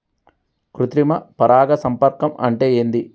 కృత్రిమ పరాగ సంపర్కం అంటే ఏంది?